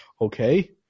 okay